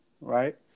right